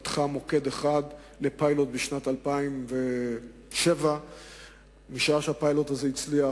פתחה מוקד אחד לפיילוט בשנת 2007. משעה שהפיילוט הזה הצליח,